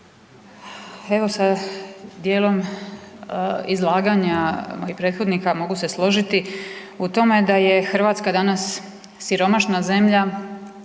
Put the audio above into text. Evo sa dijelom izlaganja mojih prethodnika, mogu se složiti u tome da je Hrvatska danas siromašna zemlja,